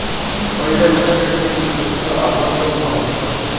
সরিষা চাষের ক্ষেত্রে কি শস্য আবর্তন আবশ্যক?